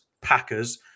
Packers